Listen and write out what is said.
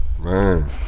Man